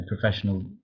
professional